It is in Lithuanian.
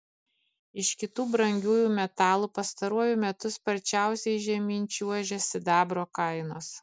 iš kitų brangiųjų metalų pastaruoju metu sparčiausiai žemyn čiuožia sidabro kainos